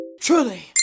truly